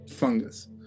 fungus